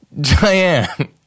Diane